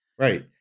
right